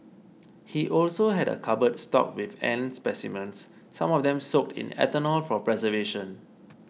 he also had a cupboard stocked with ant specimens some of them soaked in ethanol for preservation